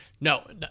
no